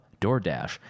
DoorDash